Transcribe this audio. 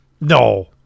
No